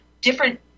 different